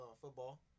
Football